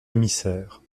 émissaire